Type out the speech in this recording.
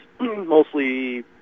mostly